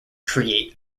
create